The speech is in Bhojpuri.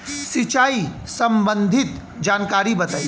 सिंचाई संबंधित जानकारी बताई?